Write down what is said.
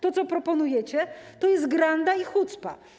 To, co proponujecie, to jest granda i hucpa.